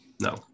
No